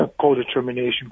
Co-determination